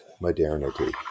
modernity